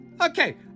Okay